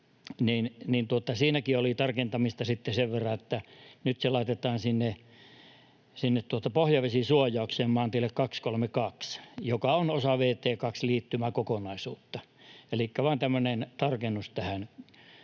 Siinäkin oli tarkentamista sen verran, että nyt se laitetaan pohjavesisuojaukseen maantielle 232, joka on osa vt 2 -liittymäkokonaisuutta. Elikkä vain tämmöinen tarkennus tähän